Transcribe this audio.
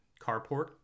carport